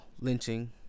lynching